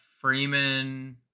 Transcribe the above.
Freeman